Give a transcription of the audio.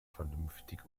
vernünftig